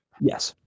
Yes